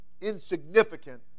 insignificant